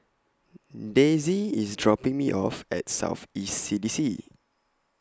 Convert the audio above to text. Daisey IS dropping Me off At South East C D C